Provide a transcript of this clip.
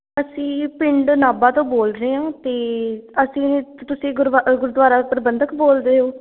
ਅਸੀਂ ਪਿੰਡ ਨਾਭਾ ਤੋਂ ਬੋਲ ਰਹੇ ਹਾਂ ਅਤੇ ਅਸੀਂ ਅਤੇ ਤੁਸੀਂ ਗੁਰਵਾ ਗੁਰਦੁਆਰਾ ਪ੍ਰਬੰਧਕ ਬੋਲ ਰਹੇ ਹੋ